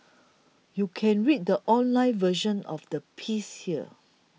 you can read the online version of the piece here